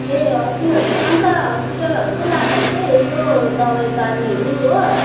ए हवस् अन्त हस्पिटलहरू चाहिँ लानु होस् है यसो दबाई पानीहरू हो